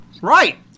right